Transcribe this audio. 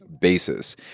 basis